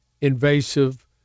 invasive